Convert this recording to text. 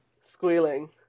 squealing